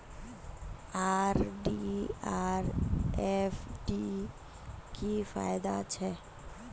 RD आर FD की फ़ायदा छे?